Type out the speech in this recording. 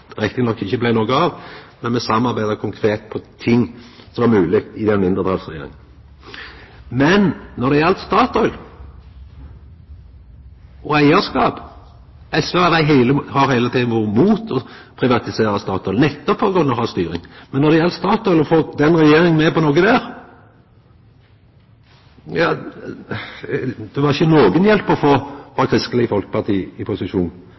nok ikkje blei noko av. Me samarbeidde konkret på ting som var mogleg med ei mindretalsregjering. Når det gjeld Statoil og eigarskap, har SV heile tida vore mot å privatisera Statoil nettopp for å kunna ha styring, men for å få den regjeringa med på noko der, var det ikkje noka hjelp å få frå Kristeleg Folkeparti – i posisjon